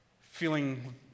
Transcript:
Feeling